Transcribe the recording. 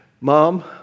mom